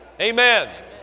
Amen